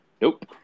Nope